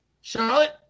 Charlotte